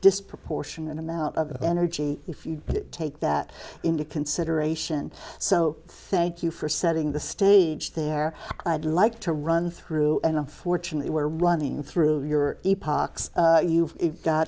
disproportionate amount of energy if you take that into consideration so thank you for setting the stage there i'd like to run through and unfortunately we're running through your you've got